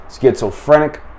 schizophrenic